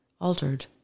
altered